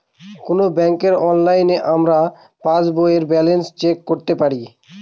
কোনো ব্যাঙ্কে অনলাইনে আমরা পাস বইয়ের ব্যালান্স চেক করতে পারি